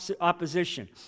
opposition